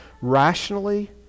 rationally